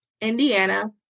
Indiana